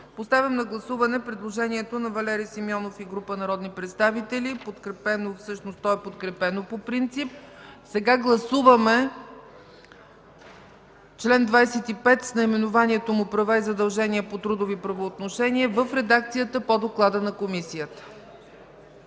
не е прието. Предложението на Валери Симеонов и група народни представители е подкрепено по принцип. Сега гласуваме чл. 25 с наименованието му „Права и задължения по трудови правоотношения”, в редакцията по доклада на Комисията.